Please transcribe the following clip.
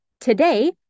today